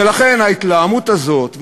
ולכן ההתלהמות הזאת,